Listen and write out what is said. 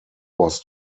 was